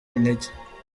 intege